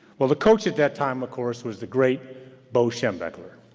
well the coach at that time of course was the great bo schembechler,